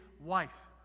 wife